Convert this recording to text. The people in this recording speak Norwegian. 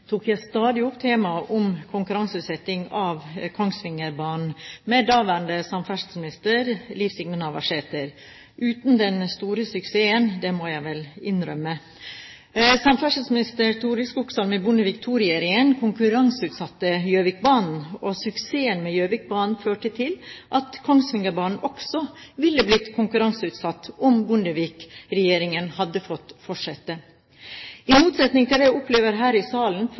tok jeg som nestleder i transport- og kommunikasjonskomiteen stadig opp temaet om konkurranseutsetting av Kongsvingerbanen med daværende samferdselsminister Liv Signe Navarsete, uten den store suksessen, må jeg vel innrømme. Samferdselsminister Torild Skogsholm i Bondevik II-regjeringen konkurranseutsatte Gjøvikbanen, og suksessen med Gjøvikbanen førte til at Kongsvingerbanen også ville blitt konkurranseutsatt, om Bondevik-regjeringen hadde fått fortsette. I motsetning til det jeg opplever her i salen